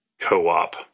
co-op